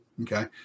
Okay